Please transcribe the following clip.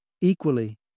Equally